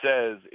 says